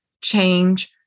Change